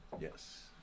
yes